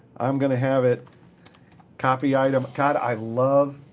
i'm going to have it copy item. god, i love,